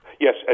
Yes